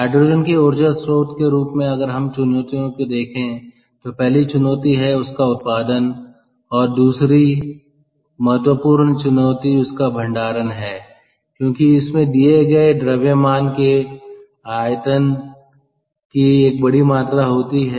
hydrogen के ऊर्जा स्रोत के रूप में अगर हम चुनौतियों को देखे तो पहली चुनौती है उसका उत्पादन और दूसरी महत्वपूर्ण चुनौती उसका भंडारण है क्योंकि इसमें दिए गए द्रव्यमान के लिए आयतन की एक बड़ी मात्रा होती है